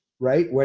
Right